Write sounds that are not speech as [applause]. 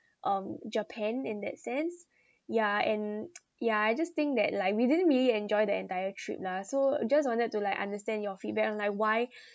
um japan in that sense yeah and [noise] yeah I just think that like we didn't really enjoy the entire trip lah so just wanted to like understand your feedback on like why [breath]